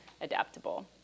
adaptable